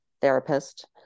therapist